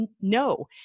no